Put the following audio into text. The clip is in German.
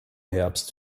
herbst